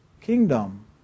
kingdom